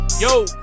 Yo